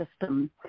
system